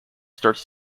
starts